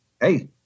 hey